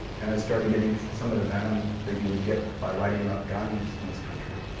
and i started getting some of the venom that you would get by writing about guns in this country,